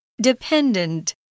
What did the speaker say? Dependent